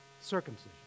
circumcision